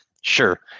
Sure